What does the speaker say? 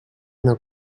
una